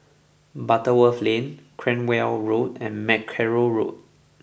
Butterworth Lane Cranwell Road and Mackerrow Road